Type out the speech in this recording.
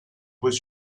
was